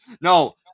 No